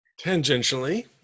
Tangentially